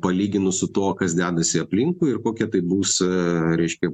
palyginus su tuo kas dedasi aplinkui ir kokia tai bus reiškia